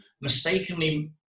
mistakenly